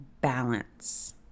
balance